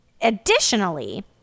Additionally